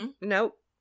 nope